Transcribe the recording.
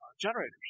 generators